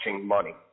money